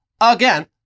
Again